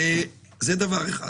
זה דבר אחד.